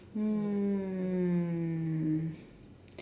um